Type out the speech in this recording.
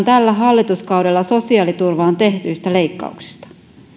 tällä hallituskaudella sosiaaliturvaan kokonaisuudessaan tehdyistä leikkauksista